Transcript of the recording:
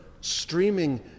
streaming